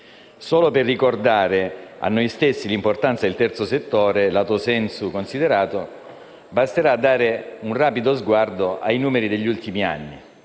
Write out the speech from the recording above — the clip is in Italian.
Solo per ricordare a noi stessi l'importanza del terzo settore, *latu sensu* considerato, basta dare un rapido sguardo ai numeri degli ultimi anni.